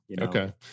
Okay